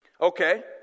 Okay